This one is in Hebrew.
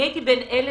אני הייתי בין אלה